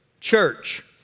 church